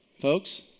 Folks